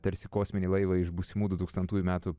tarsi kosminį laivą iš būsimų dutūkstantųjų metų